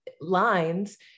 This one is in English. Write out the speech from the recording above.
lines